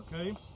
okay